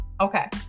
okay